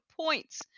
points